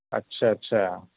اچھا اچھا